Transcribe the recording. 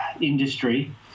industry